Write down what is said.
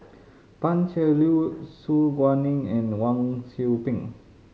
Pan Cheng Lui Su Guaning and Wang Sui Pick